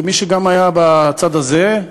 כמי שהיה גם בצד הזה,